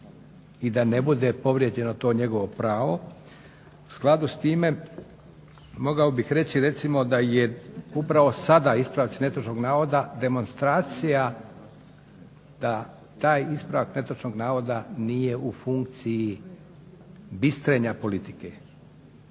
i da ne bude povrijeđeno to njegovo pravo. U skladu s time mogao bih reći recimo da je upravo sada ispravci netočnog navoda demonstracija da taj ispravak netočnog navoda nije u funkciji bistrenja politike,